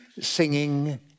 singing